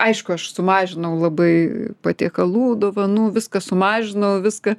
aišku aš sumažinau labai patiekalų dovanų viską sumažinau viską